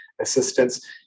assistance